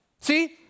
See